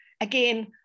again